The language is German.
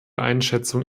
einschätzung